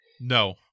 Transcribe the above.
No